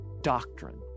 doctrine